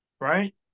right